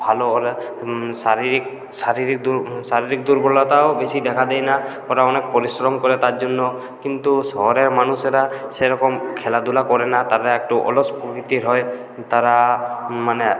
ভালো ওরা শারীরিক শারীরিক দূর শারীরিক দূর্বলতাও বেশি দেখা দেয়না ওরা অনেক পরিশ্রম করে তার জন্য কিন্তু শহরের মানুষেরা সেরকম খেলাধুলা করে না তারা একটু অলস প্রকৃতির হয়ে তারা মানে